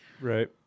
right